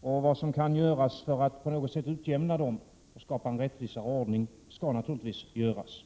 Vad som kan göras för att på något sätt utjämna dem och skapa en rättvisare ordning skall naturligtvis göras.